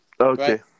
okay